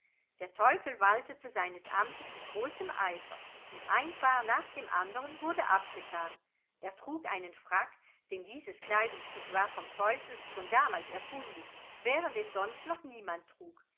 der teufel waltete seines amtes mit großem eifer und ein paar nach dem anderen wurde abgetan er trug einen frack denn dieses kleidungsstück war vom teufel schon damals erfunden während es sonst noch niemand trug